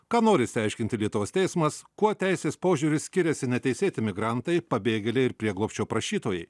ką nori išsiaiškinti lietuvos teismas kuo teisės požiūriu skiriasi neteisėti migrantai pabėgėliai ir prieglobsčio prašytojai